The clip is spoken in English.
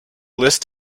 list